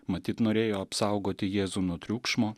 matyt norėjo apsaugoti jėzų nuo triukšmo